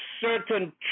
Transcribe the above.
certain